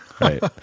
Right